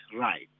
right